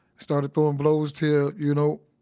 started throwing blows til, you know,